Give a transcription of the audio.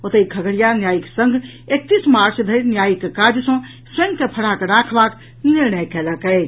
ओतहि खगड़िया न्यायिक संघ एकतीस मार्च धरि न्यायिक काज सँ स्वयं के फराक राखबाक निर्णय कयलक अछि